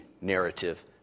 narrative